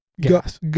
Gas